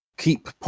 keep